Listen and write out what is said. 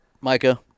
Micah